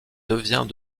devient